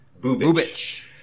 Boobich